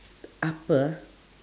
upper